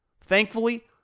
Thankfully